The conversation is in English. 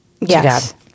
Yes